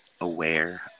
aware